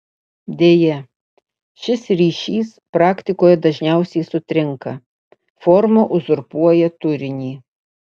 deja šis ryšys praktikoje dažniausiai sutrinka forma uzurpuoja turinį